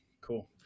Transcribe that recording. Cool